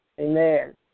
amen